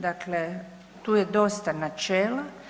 Dakle, tu je dosta načela.